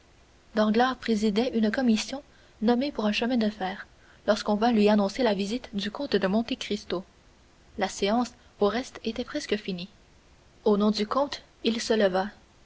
danglars présidait une commission nommée pour un chemin de fer lorsqu'on vint lui annoncer la visite du comte de monte cristo la séance au reste était presque finie au nom du comte il se leva